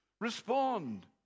Respond